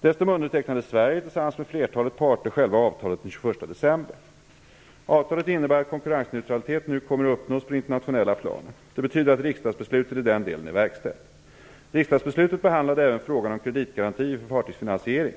Dessutom undertecknade Sverige tillsammans med flertalet parter själva avtalet den 21 december. Avtalet innebär att konkurrensneutralitet nu kommer att uppnås på det internationella planet. Det betyder att riksdagsbeslutet i denna del är verkställt. Riksdagsbeslutet behandlade även frågan om kreditgarantier för fartygsfinansiering.